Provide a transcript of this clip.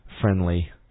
friendly